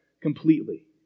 completely